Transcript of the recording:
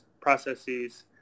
processes